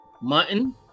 mutton